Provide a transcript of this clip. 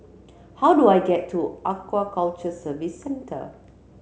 how do I get to Aquaculture Services Centre